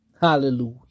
Hallelujah